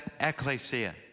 ecclesia